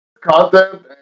Content